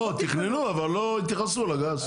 לא, תכננו, אבל לא התייחסו לגז.